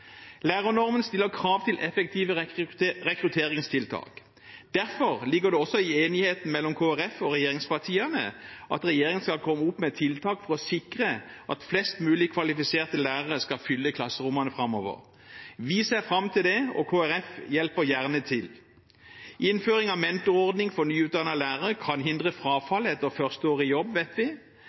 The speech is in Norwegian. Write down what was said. Lærernormen stiller krav til effektive rekrutteringstiltak. Derfor ligger det også i enigheten mellom Kristelig Folkeparti og regjeringspartiene at regjeringen skal komme opp med tiltak for å sikre at flest mulig kvalifiserte lærere skal fylle klasserommene framover. Vi ser fram til det, og Kristelig Folkeparti hjelper gjerne til. Vi vet at innføring av mentorordning for nyutdannede lærere kan hindre frafall etter første år i jobb.